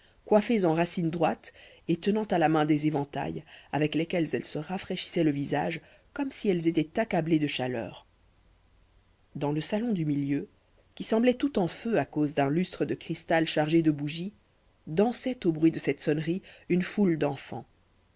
coiffées en racine droite et tenant à la main des éventails avec lesquels elles se rafraîchissaient le visage comme si elles étaient accablées de chaleur dans le salon du milieu qui semblait tout en feu à cause d'un lustre de cristal chargé de bougies dansaient au bruit de cette sonnerie une foule d'enfants